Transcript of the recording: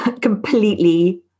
completely